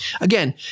Again